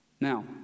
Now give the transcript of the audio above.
Now